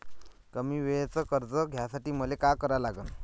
कमी वेळेचं कर्ज घ्यासाठी मले का करा लागन?